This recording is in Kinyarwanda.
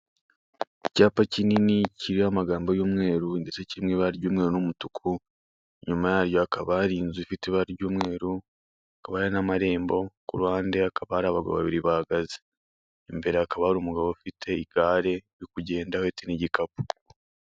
Icyapa kinini kiriho amagambo y'umweru n'umutuku ndetse kiri mu ibara ryumweru n'umutuku, inyuma yacyo hakaba hari inzu ifite ibara ry'umeru ifite n'amarembo, ku ruhande hakaba hari abagabo babiri bahahagaze imbere hari umugabo ufite igare uri kugenda ufite n'igikapu.